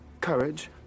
courage